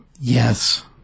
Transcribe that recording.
Yes